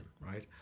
right